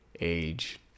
age